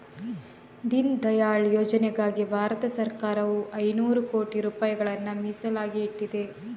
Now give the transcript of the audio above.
ದೀನ್ ದಯಾಳ್ ಯೋಜನೆಗಾಗಿ ಭಾರತ ಸರಕಾರವು ಐನೂರು ಕೋಟಿ ರೂಪಾಯಿಗಳನ್ನ ಮೀಸಲಾಗಿ ಇಟ್ಟಿದೆ